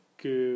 que